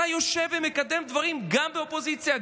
אתה יושב ומקדם דברים גם באופוזיציה,